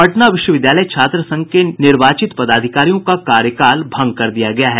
पटना विश्वविद्यालय छात्र संघ के निर्वाचित पदाधिकारियों का कार्यकाल भंग कर दिया गया है